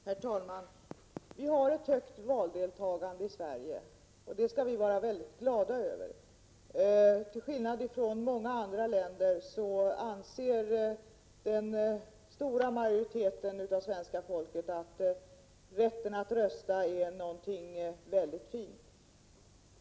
Herr talman! Vi har ett högt valdeltagande i Sverige. Det skall vi vara glada över. Till skillnad från vad som är fallet med många andra folk anser den stora majoriteten av svenska folket att rätten att rösta är något fint.